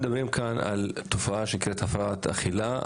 אנחנו מדברים כאן על תופעה שנקראת הפרעת אכילה,